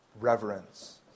reverence